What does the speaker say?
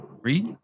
Read